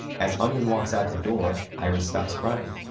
as onion walks out the door, iris stops crying.